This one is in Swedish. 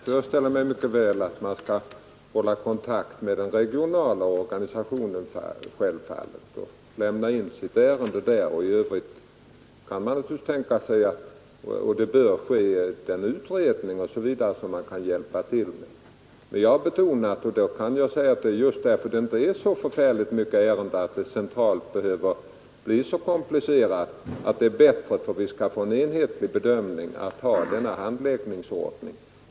Herr talman! Man skall självfallet hålla kontakt med den regionala organisationen och lämna in sitt ärende där för den utredning osv. som man kan få hjälp med. Men eftersom det är fråga om ett begränsat antal ärenden behöver det inte bli så komplicerat att handlägga dem centralt. Jag har velat betona att om vi skall få en enhetlig bedömning är det bättre att ha denna handläggningsordning.